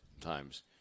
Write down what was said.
times